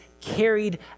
carried